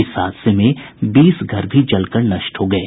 इस हादसे में बीस घर भी जल कर नष्ट हो गये